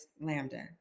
Lambda